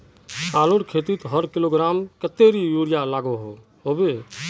आलूर खेतीत हर किलोग्राम कतेरी यूरिया लागोहो होबे?